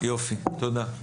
תודה.